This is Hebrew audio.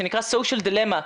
שנקרא מסכי עשן.